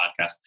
podcast